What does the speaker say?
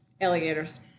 Alligators